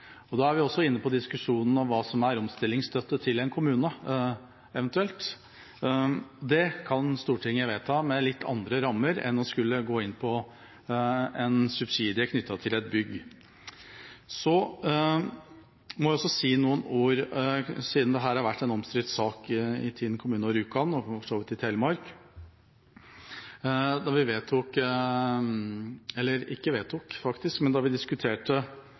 Da er vi også inne på diskusjonen om hva som er omstillingsstøtte til en kommune. Det kan Stortinget vedta med litt andre rammer enn å gå inn på en subsidie knyttet til et bygg. Jeg må også si, siden dette har vært en omstridt sak i Tinn kommune, i Rjukan og for så vidt i hele Telemark, at da vi